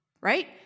right